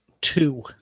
Two